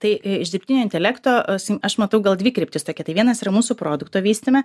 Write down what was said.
tai iš dirbtinio intelekto sakykim aš matau gal dvi kryptis tokia tai vienas yra mūsų produkto vystyme